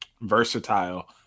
versatile